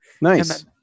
nice